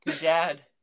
Dad